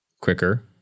quicker